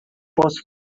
posso